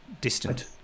distant